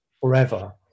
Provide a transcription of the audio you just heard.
forever